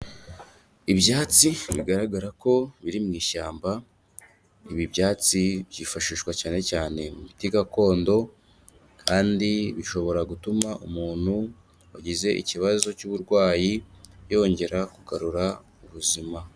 Ibyatsi bigaragara ko biri mu ishyamba ibi byatsi byifashishwa cyane cyane mu miti gakondo kandi bishobora gutuma umuntu agize ikibazo cy'uburwayi yongera kugarura ubuzima.